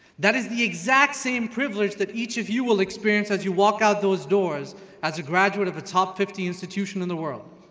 that is the exact same privilege that each of you will experience as you walk out those doors as a graduate of the top fifty institution in the world.